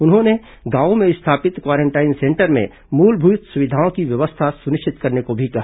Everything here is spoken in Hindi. उन्होंने गांवों में स्थापित क्वारेंटीन सेंटर में मूलभूत सुविधाओं की व्यवस्था सुनिश्चित करने को भी कहा